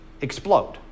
explode